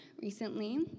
recently